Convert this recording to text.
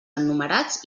enumerats